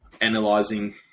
analyzing